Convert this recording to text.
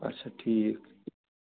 اَچھا ٹھیٖک